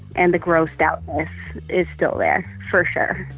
and the gross out is still there for sure.